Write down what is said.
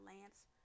Lance